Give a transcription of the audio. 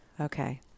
okay